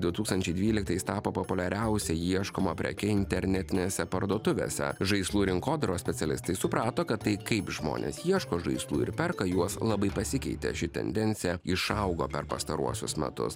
du tūkstančiai dvyliktais tapo populiariausia ieškoma preke internetinėse parduotuvėse žaislų rinkodaros specialistai suprato kad tai kaip žmonės ieško žaislų ir perka juos labai pasikeitė ši tendencija išaugo per pastaruosius metus